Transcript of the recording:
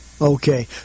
Okay